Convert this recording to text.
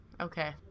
Okay